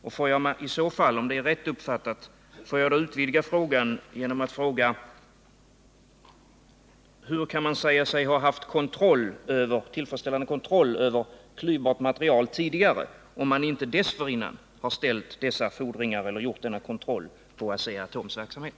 Och får jag om jag har uppfattat saken rätt utvidga frågan: Hur kan man säga sig ha haft tillfredsställande kontroll över klyvbart material tidigare, om man inte dessförinnan ställt dessa fordringar eller gjort denna kontroll av Asea-Atoms verksamhet?